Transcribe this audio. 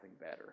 better